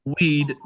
weed